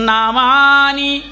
Namani